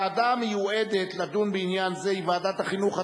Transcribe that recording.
לדיון מוקדם בוועדת החינוך,